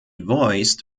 voiced